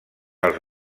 els